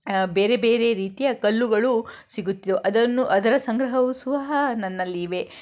ಬೇರೆ ಬೇರೆ ರೀತಿಯ ಕಲ್ಲುಗಳು ಸಿಗುತ್ಯು ಅದನ್ನು ಅದರ ಸಂಗ್ರಹವು ಸಹ ನನ್ನಲ್ಲಿ ಇವೆ